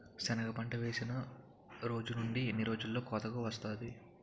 సెనగ పంట వేసిన రోజు నుండి ఎన్ని రోజుల్లో కోతకు వస్తాది?